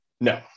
No